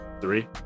Three